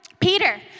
Peter